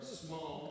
small